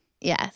Yes